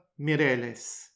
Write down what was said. Mireles